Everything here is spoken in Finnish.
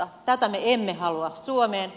tätä me emme halua suomeen